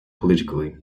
politically